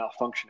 malfunctioning